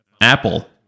Apple